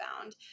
found